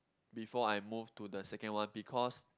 before I moved to the second one because